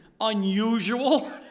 unusual